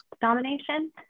domination